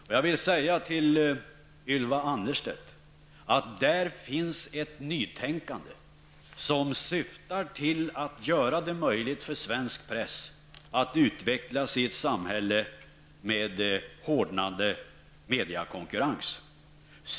Där finns ett nytänkande, Ylva Annerstedt, som syftar till att göra det möjligt för svensk press att utvecklas i ett samhälle med hårdnande mediakonkurrens.